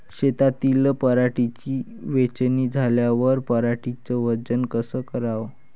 शेतातील पराटीची वेचनी झाल्यावर पराटीचं वजन कस कराव?